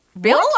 Bill